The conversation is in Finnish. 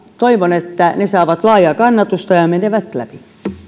toivon että ne saavat laajaa kannatusta ja ja menevät läpi